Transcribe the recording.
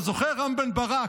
אתה זוכר, רם בן ברק?